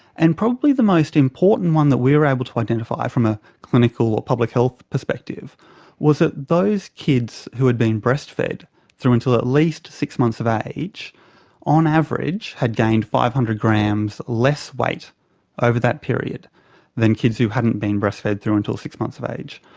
and probably the most important one that we were able to identify from a clinical or public health perspective was that those kids who had been breastfed through until at least six months of age on average had gained five hundred grams less weight over that period than kids who hadn't been breastfed through until six months of age.